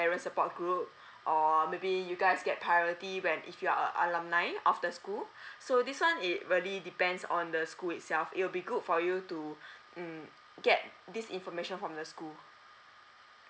parents support group or maybe you guys get priority when if you are a alumni of the school so this one it really depends on the school itself it will be good for you to hmm get this information from the school